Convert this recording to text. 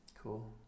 cool